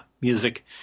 music